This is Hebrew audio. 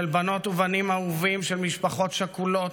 של בנות ובנים אהובים, של משפחות שכולות,